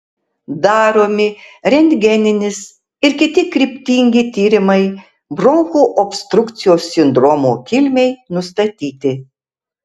daromi rentgeninis ir kiti kryptingi tyrimai bronchų obstrukcijos sindromo kilmei nustatyti